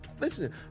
listen